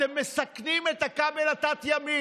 אתם מסכנים את הכבל התת-ימי.